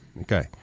okay